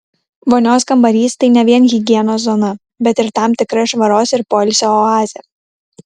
vonios kambarys tai ne vien higienos zona bet ir tam tikra švaros ir poilsio oazė